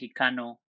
Mexicano